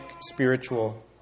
spiritual